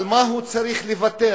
על מה הוא צריך לוותר?